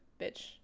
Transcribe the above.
bitch